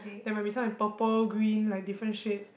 there might be some in purple green like different shades